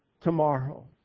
tomorrow